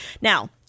Now